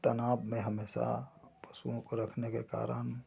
तनाव में हमेशा पशुओं को रखने के कारण कुछ